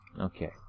Okay